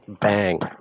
Bang